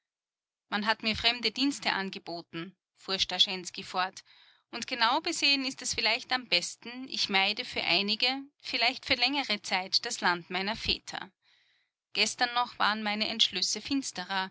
man hat mir fremde dienste angeboten fuhr starschensky fort und genau besehen ist es vielleicht am besten ich meide für einige vielleicht für längere zeit das land meiner väter gestern noch waren meine entschlüsse